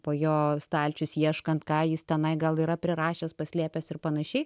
po jo stalčius ieškant ką jis tenai gal yra prirašęs paslėpęs ir panašiai